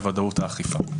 בוודאות האכיפה.